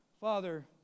Father